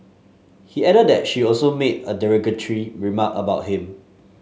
he added that she also made a derogatory remark about him